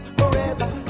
forever